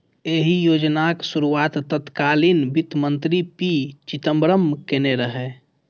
एहि योजनाक शुरुआत तत्कालीन वित्त मंत्री पी चिदंबरम केने रहै